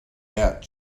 out